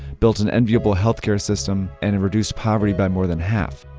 built an enviable healthcare system and and reduced poverty by more than half.